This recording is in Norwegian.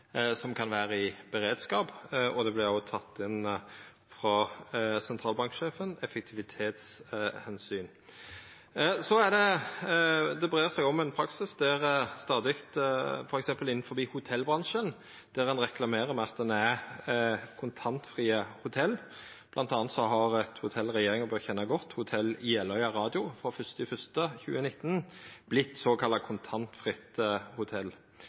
som kan vera i beredskap. Effektivitetsomsyn vart òg teke med av sentralbanksjefen. Det breier seg ein praksis, f.eks. innanfor hotellbransjen, der ein reklamerer med at ein er eit kontantfritt hotell. Blant anna har eit hotell som regjeringa burde kjenna godt, Hotel Jeløy Radio, frå 1. januar 2019 vorte eit såkalla kontantfritt hotell.